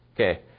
Okay